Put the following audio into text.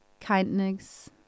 kindness